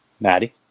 Maddie